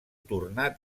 tornar